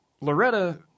loretta